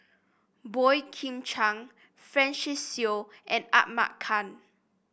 Boey Kim Cheng Francis Seow and Ahmad Khan